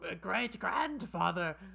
great-grandfather